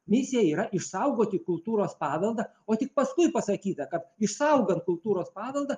misija yra išsaugoti kultūros paveldą o tik paskui pasakyta kad išsaugant kultūros paveldą